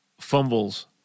fumbles